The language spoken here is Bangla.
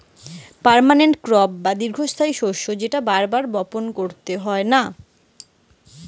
পার্মানেন্ট ক্রপ বা দীর্ঘস্থায়ী শস্য যেটা বার বার বপণ কইরতে হয় নাই